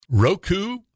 roku